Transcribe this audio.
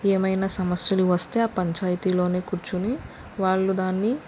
ఏమైన సమస్యలు వస్తే ఆ పంచాయితీలో కూర్చొని వాళ్ళు దాన్ని